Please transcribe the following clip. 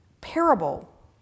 parable